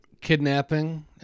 kidnapping